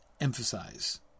emphasize